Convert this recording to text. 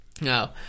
No